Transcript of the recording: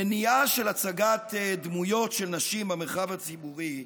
מניעה של הצגת דמויות של נשים במרחב הציבורי,